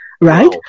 right